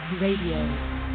Radio